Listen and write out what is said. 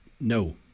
No